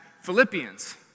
Philippians